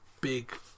big